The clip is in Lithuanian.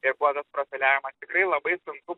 ir kuo tas profiliavimas tikrai labai sunku